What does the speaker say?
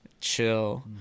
chill